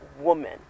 woman